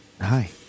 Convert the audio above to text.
Hi